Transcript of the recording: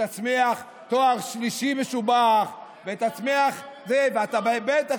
שתצמיח תואר שלישי משובח ותצמיח ------ ואתה בטח